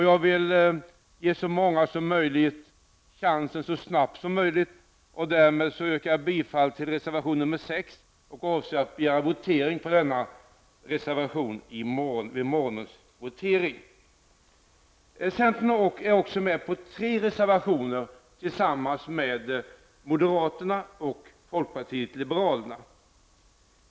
Jag vill ge så många som möjligt chansen så snabbt som möjligt. Därför yrkar jag nu bifall till reservation nr 6 och avser att begära votering på den punkten. Centern är också med på tre reservationer tillsammans med moderaterna och folkpartiet liberalerna.